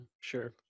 sure